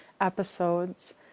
episodes